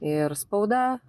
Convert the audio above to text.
ir spauda